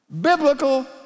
biblical